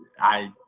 i